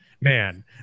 man